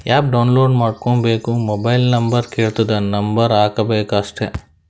app download ಮಾಡ್ಕೋಬೇಕ್ mobile number ಕೆಳ್ತುದ್ number ಹಾಕಬೇಕ ಅಷ್ಟೇ